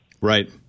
right